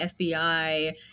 FBI